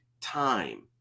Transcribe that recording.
time